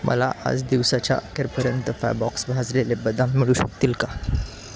मला आज दिवसाच्या अखेरपर्यंत फायबॉक्स भाजलेले बदाम मिळू शकतील का